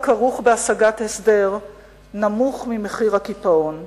הכרוך בהשגת הסדר נמוך ממחיר הקיפאון.